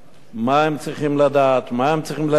מה הם צריכים לדעת, מה הם צריכים ללמד.